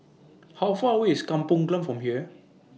How Far away IS Kampong Glam from here